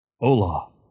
Hola